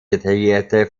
detaillierte